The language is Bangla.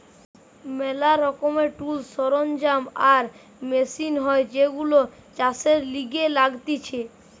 ম্যালা রকমের টুলস, সরঞ্জাম আর মেশিন হয় যেইগুলো চাষের লিগে লাগতিছে